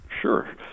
Sure